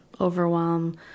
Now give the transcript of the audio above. overwhelm